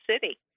city